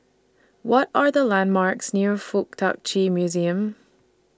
What Are The landmarks near Fuk Tak Chi Museum